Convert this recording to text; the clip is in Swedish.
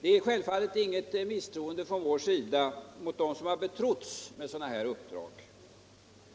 Det är självfallet inget misstroende från vår sida mot dem som har betrotts med sådana här uppdrag.